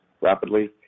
rapidly